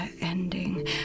ending